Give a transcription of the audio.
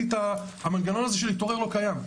אז המנגנון הזה של להתעורר לא קיים,